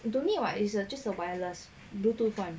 you don't need [what] is just a wireless bluetooth [one]